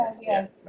yes